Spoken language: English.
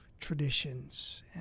traditions